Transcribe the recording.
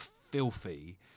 filthy